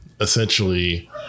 essentially